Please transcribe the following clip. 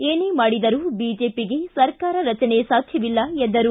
ಏನೇ ಮಾಡಿದರೂ ಬಿಜೆಪಿಗೆ ಸರ್ಕಾರ ರಚನೆ ಸಾಧ್ಯವಿಲ್ಲ ಎಂದರು